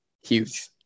Huge